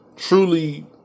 Truly